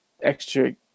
extra